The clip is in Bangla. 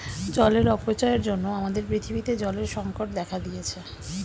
জলের অপচয়ের জন্য আমাদের পৃথিবীতে জলের সংকট দেখা দিয়েছে